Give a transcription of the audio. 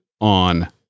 on